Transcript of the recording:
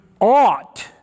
ought